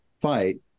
fight